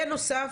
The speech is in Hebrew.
בנוסף,